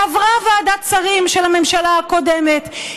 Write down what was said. עברה ועדת שרים של הממשלה הקודמת,